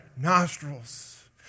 nostrils